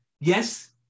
Yes